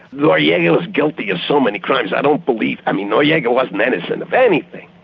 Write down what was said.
noriega was guilty of so many crimes, i don't believe i mean noriega wasn't innocent of anything.